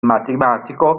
matematico